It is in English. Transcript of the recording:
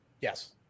yes